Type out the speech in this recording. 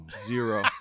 Zero